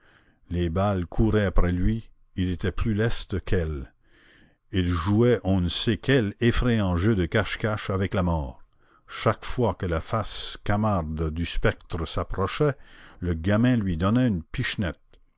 les balles couraient après lui il était plus leste qu'elles il jouait on ne sait quel effrayant jeu de cache-cache avec la mort chaque fois que la face camarde du spectre s'approchait le gamin lui donnait une pichenette